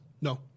No